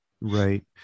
right